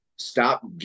Stop